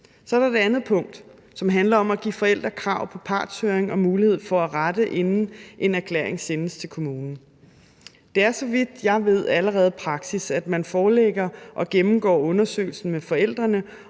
Så er der det andet punkt, som handler om at give forældre krav på partshøring og mulighed for at rette, inden en erklæring sendes til kommunen. Det er, så vidt jeg ved, allerede praksis, at man forelægger og gennemgår undersøgelsen med forældrene,